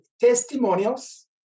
testimonials